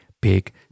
big